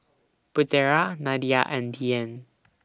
Putera Nadia and Dian